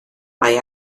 mae